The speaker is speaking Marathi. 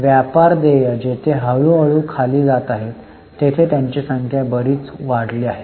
व्यापार देय जेथे हळू हळू खाली जात आहेत तेथे त्यांची संख्या बरीच वाढली आहे